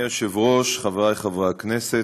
אדוני היושב-ראש, חברי חברי הכנסת,